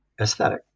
aesthetic